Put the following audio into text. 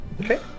Okay